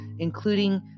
including